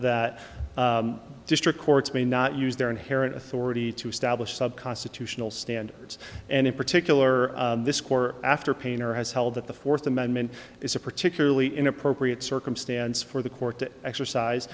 that district courts may not use their inherent authority to establish sub constitutional standards and in particular this core after painter has held that the fourth amendment is a particularly inappropriate circumstance for the court to exercise